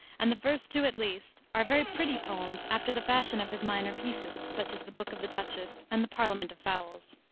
and the first two, at least, are very pretty poems after the fashion of his minor pieces, such as the boke of the duchesse and the parlament of foules.